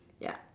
ya